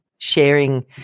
sharing